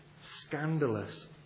scandalous